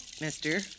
mister